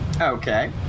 Okay